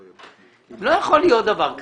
לשמור על הדברים כמו שצריך וכמובן לא לוותר במה שצריך,